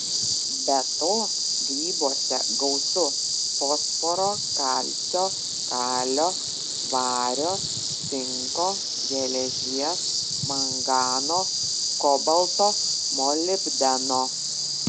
be to grybuose gausu fosforo kalcio kalio vario cinko geležies mangano kobalto molibdeno